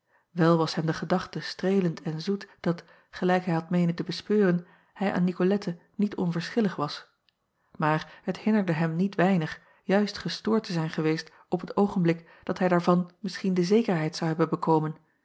el was hem de gedachte streelend en zoet dat gelijk hij had meenen te bespeuren hij aan icolette niet onverschillig was maar het hinderde hem niet weinig juist gestoord te zijn geweest op het oogenblik dat hij daarvan misschien de zekerheid zou hebben bekomen